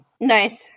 Nice